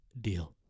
Deal